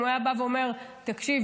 אם הוא היה בא ואומר: תקשיב,